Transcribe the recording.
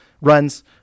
runs